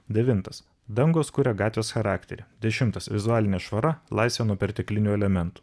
devintas dangos kuria gatvės charakterį dešimtas vizualinė švara laisvė nuo perteklinių elementų